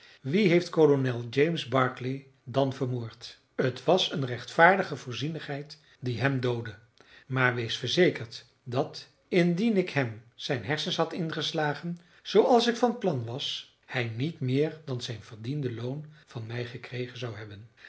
wie heeft kolonel james barclay dan vermoord het was een rechtvaardige voorzienigheid die hem doodde maar wees verzekerd dat indien ik hem zijn hersens had ingeslagen zooals ik van plan was hij niet meer dan zijn verdiende loon van mij gekregen zou hebben